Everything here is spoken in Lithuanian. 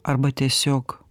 arba tiesiog